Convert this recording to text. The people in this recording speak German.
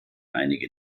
einige